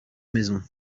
maison